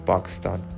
Pakistan